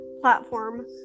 platform